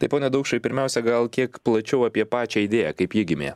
tai pone daukšai pirmiausia gal kiek plačiau apie pačią idėją kaip ji gimė